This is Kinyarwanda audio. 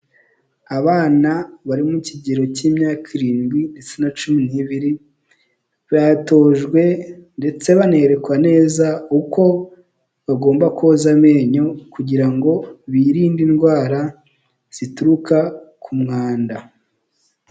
Abana bari mu kigero cy'imyaka irindwi ndetse na cumi n'ibiri batojwe ndetse banerekwa neza uko bagomba koza amenyo kugira ngo birinde indwara zituruka ku mwanda.